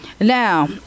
now